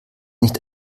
nicht